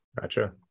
Gotcha